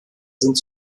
sind